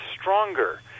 stronger